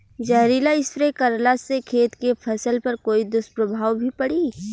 जहरीला स्प्रे करला से खेत के फसल पर कोई दुष्प्रभाव भी पड़ी?